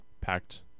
packed